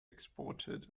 exported